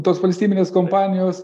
tos valstybinės kompanijos